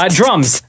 drums